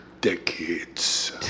Decades